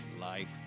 life